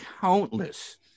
countless